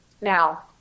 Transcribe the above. now